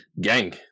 gang